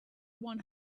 one